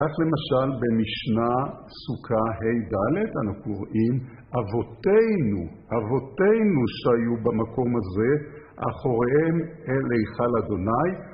כך למשל במשנה סוכה ה' אנו קוראים אבותינו, אבותינו שהיו במקום הזה, אחוריהם אל היכל אדוני.